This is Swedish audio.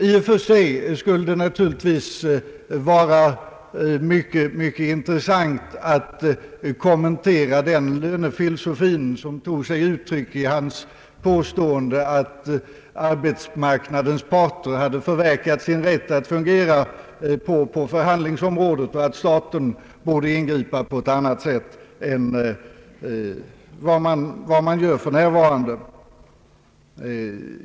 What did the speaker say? I och för sig skulle det naturligtvis vara mycket intressant att kommentera den lönefilosofi som tog sig uttryck i hans påstående, att arbetsmarknadens parter hade förverkat sin rätt att fungera på förhandlingsområdet och att staten borde ingripa på annat sätt än som för närvarande sker.